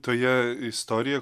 toje istorijoj